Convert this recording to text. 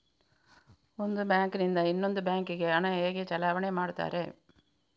ಒಂದು ಬ್ಯಾಂಕ್ ನಿಂದ ಇನ್ನೊಂದು ಬ್ಯಾಂಕ್ ಗೆ ಹಣ ಹೇಗೆ ಚಲಾವಣೆ ಮಾಡುತ್ತಾರೆ?